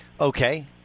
Okay